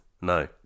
no